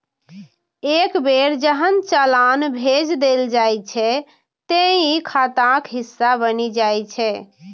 एक बेर जहन चालान भेज देल जाइ छै, ते ई खाताक हिस्सा बनि जाइ छै